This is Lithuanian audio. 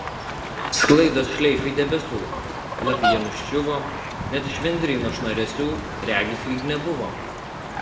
sklaidos šleifai debesų lapija nuščiuvo net švendryno šnaresių regis lyg nebuvo